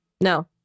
No